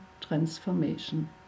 transformation